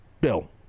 Bill